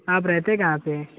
آپ رہتے کہاں پہ ہیں